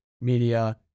media